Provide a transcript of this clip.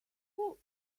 who